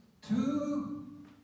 two